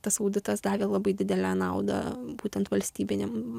tas auditas davė labai didelę naudą būtent valstybiniam